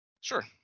Sure